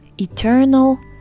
eternal